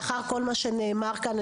לאחר כל מה שנאמר כאן,